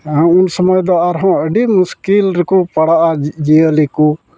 ᱦᱮᱸ ᱩᱱᱥᱩᱢᱟᱹᱭ ᱫᱚ ᱟᱨᱦᱚᱸ ᱟ ᱰᱤ ᱢᱩᱥᱠᱤᱞ ᱨᱮᱠᱚ ᱯᱟᱲᱟᱜᱼᱟ ᱡᱤᱭᱟᱹᱞᱤ ᱠᱚ